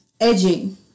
edging